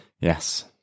Yes